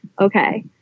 Okay